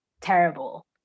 terrible